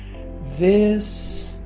this.